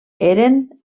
eren